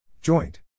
Joint